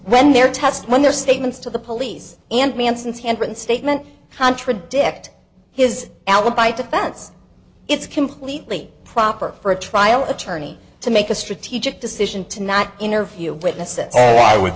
test when their statements to the police and manson's handwritten statement contradict his alibi defense it's completely proper for a trial attorney to make a strategic decision to not interview witnesses although i would